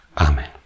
Amen